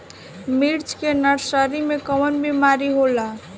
मिर्च के नर्सरी मे कवन बीमारी होला?